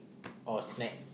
or snack